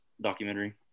documentary